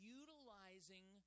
utilizing